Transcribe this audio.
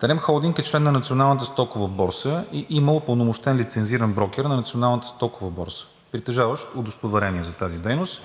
„Терем холдинг“ е член на Националната стокова борса и има упълномощен лицензиран брокер на Националната стокова борса, притежаващ удостоверение за тази дейност,